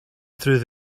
through